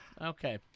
Okay